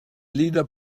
leader